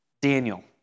Daniel